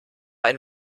ein